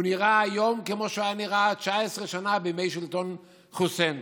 הוא נראה היום כמו שהוא היה נראה 19 שנה בימי שלטון חוסיין.